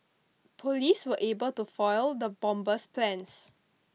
police were able to foil the bomber's plans